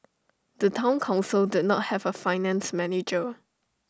the Town Council did not have A finance manager